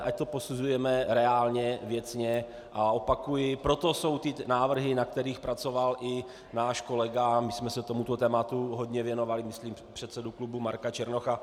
Ať to posuzujeme reálně, věcně, a opakuji, proto jsou ty návrhy, na kterých pracoval i náš kolega, a my jsme se tomuto tématu hodně věnovali, myslím předsedu klubu Marka Černocha.